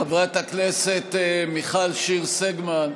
חברת הכנסת מיכל שיר סגמן,